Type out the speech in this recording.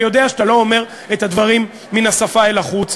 ואני יודע שאתה לא אומר את הדברים מן השפה ולחוץ.